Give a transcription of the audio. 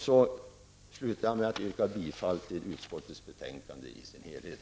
Jag slutar med att yrka bifall till utskottets hemställan i sin helhet.